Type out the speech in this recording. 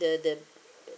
the the